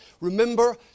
Remember